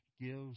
gives